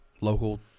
local